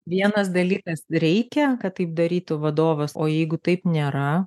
vienas dalykas reikia kad taip darytų vadovas o jeigu taip nėra